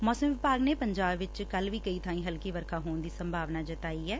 ਮੌਸਮ ਵਿਭਾਗ ਨੇ ਪੰਜਾਬ ਵਿਚ ਕੱਲੂ ਵੀ ਕਈ ਥਾਈਂ ਹਲਕੀ ਵਰਖਾ ਹੋਣ ਦੀ ਸੰਭਾਵਨਾ ਜਤਾਈ ਐ